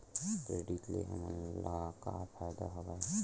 Credit ले हमन ला का फ़ायदा हवय?